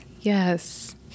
Yes